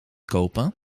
kopen